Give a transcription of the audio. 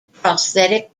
prosthetic